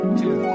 two